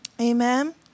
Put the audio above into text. Amen